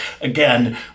again